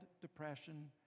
depression